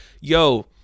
yo